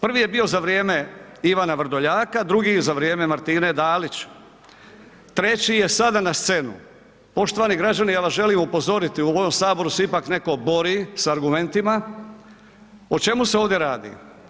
Prvi je bio za vrijeme Ivana Vrdoljaka, drugi za vrijeme Martine Dalić, treći je sada na scenu, poštovani građani ja vas želim upozoriti, u ovom saboru se ipak neko bori s argumentima, o čemu se ovdje radi?